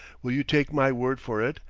will you take my word for it,